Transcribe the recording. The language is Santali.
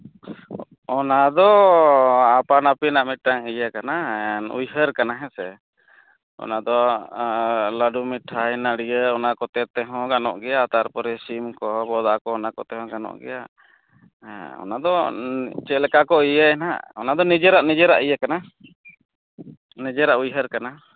ᱚᱱᱟ ᱫᱚ ᱟᱯᱟᱱ ᱟᱹᱯᱤᱱᱟᱜ ᱢᱤᱫᱴᱟᱹᱱ ᱤᱭᱟᱹ ᱠᱟᱱᱟ ᱩᱭᱦᱟᱹᱨ ᱠᱟᱱᱟ ᱦᱮᱸ ᱥᱮ ᱚᱱᱟ ᱫᱚ ᱞᱟᱹᱰᱩ ᱢᱤᱴᱷᱟᱭ ᱱᱟᱹᱨᱤᱭᱮᱞ ᱚᱱᱟ ᱠᱚᱛᱮ ᱛᱮ ᱦᱚᱸ ᱜᱟᱱᱚᱜ ᱜᱮᱭᱟ ᱛᱟᱨᱯᱚᱨᱮ ᱥᱤᱢ ᱠᱚ ᱵᱚᱫᱟ ᱠᱚ ᱚᱱᱟ ᱠᱚᱛᱮ ᱦᱚᱸ ᱜᱟᱱᱚᱜ ᱜᱮᱭᱟ ᱦᱮᱸ ᱚᱱᱟ ᱫᱚ ᱪᱮᱫᱠᱟ ᱠᱚ ᱤᱭᱟᱹᱭᱟ ᱦᱟᱸᱜ ᱚᱱᱟ ᱫᱚ ᱱᱤᱡᱮᱨᱟᱜ ᱱᱤᱡᱮᱨᱟᱜ ᱤᱭᱟᱹ ᱠᱟᱱᱟ ᱱᱤᱡᱮᱨᱟᱜ ᱩᱭᱦᱟᱹᱨ ᱠᱟᱱᱟ